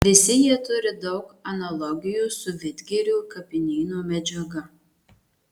visi jie turi daug analogijų su vidgirių kapinyno medžiaga